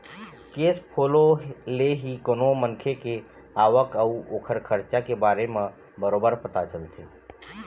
cash follow ले ही कोनो मनखे के आवक अउ ओखर खरचा के बारे म बरोबर पता चलथे